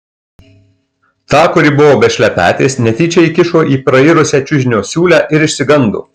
tą kuri buvo be šlepetės netyčia įkišo į prairusią čiužinio siūlę ir išsigando